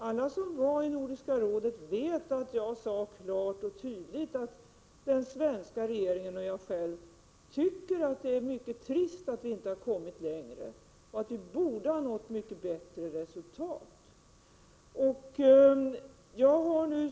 Alla som var på Nordiska rådets möte vet att jag klart och tydligt sade att den svenska regeringen och jag själv tycker att det är mycket trist att vi inte kommit längre och att vi borde ha nått mycket bättre resultat.